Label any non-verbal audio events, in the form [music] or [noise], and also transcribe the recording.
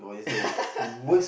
[laughs]